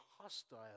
hostile